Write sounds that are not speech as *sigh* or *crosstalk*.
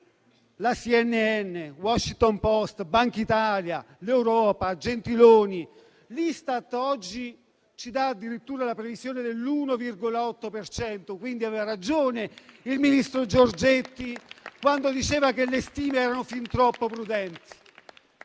la CNN, «The Washington Post», la Banca d'Italia, l'Europa e Gentiloni, l'Istat oggi ci dà addirittura la previsione dell'1,8 per cento. Aveva ragione il ministro Giorgetti *applause* quando diceva che le stime erano fin troppo prudenti.